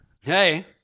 hey